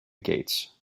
gates